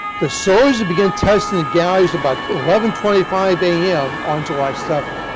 the soldiers begin testing the gallows about eleven twenty five a m. on july seven.